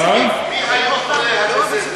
מי היו חולי הגזזת?